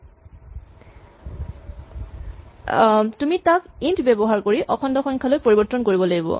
তাক তুমি ইন্ট ব্যৱহাৰ কৰি অখণ্ড সংখ্যালৈ পৰিবৰ্তন কৰিব লাগিব